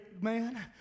man